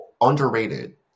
underrated